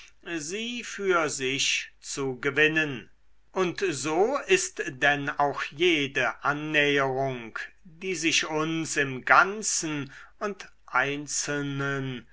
sie für sich zu gewinnen und so ist denn auch jede annäherung die sich uns im ganzen und einzelnen